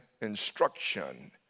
instruction